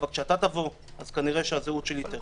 אבל כשאתה תבוא, הזהות שלי כנראה תרד.